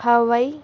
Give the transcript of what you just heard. ہووئی